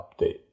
Update